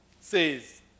says